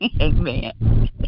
Amen